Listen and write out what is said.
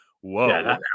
whoa